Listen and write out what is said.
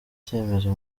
cyemezo